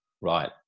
right